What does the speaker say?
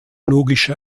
logische